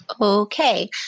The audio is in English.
okay